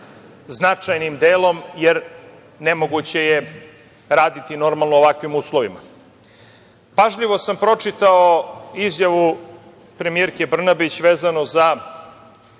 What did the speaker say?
značajnim delom, jer nemoguće je raditi normalno u ovakvim uslovima. Pažljivo sam pročitao izjavu premijerke Brnabić vezano za